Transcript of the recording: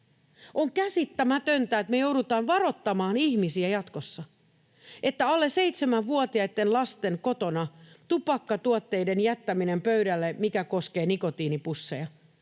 On käsittämätöntä, että me joudutaan varoittamaan ihmisiä jatkossa, että alle seitsemänvuotiaitten lasten kotona tupakkatuotteiden jättäminen pöydälle, mikä koskee myös nikotiinipusseja,